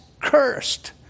cursed